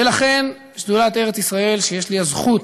ולכן שדולת ארץ-ישראל, שיש לי הזכות,